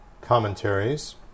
commentaries